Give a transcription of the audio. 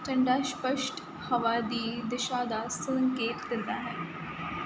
ਝੰਡਾ ਸਪਸ਼ਟ ਹਵਾ ਦੀ ਦਿਸ਼ਾ ਦਾ ਸੰਕੇਤ ਦਿੰਦਾ ਹੈ